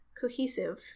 cohesive